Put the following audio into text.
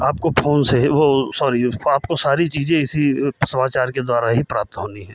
आपको फ़ोन से ही ओह सॉरी आपको सारी चीज़ें इसी समाचार के द्वारा ही प्राप्त होनी है